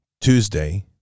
Tuesday